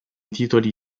titoli